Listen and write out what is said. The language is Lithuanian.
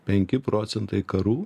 penki procentai karų